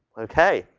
okay.